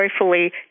joyfully